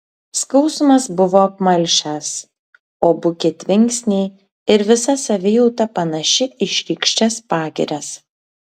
skausmas buvo apmalšęs o buki tvinksniai ir visa savijauta panaši į šlykščias pagirias